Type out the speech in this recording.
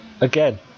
again